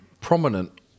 prominent